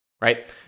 right